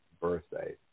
birthday